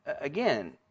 again